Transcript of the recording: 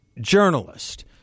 journalist